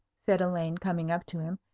said elaine, coming up to him.